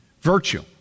Virtue